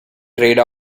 trade